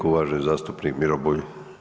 uvaženi zastupnik Miro Bulj.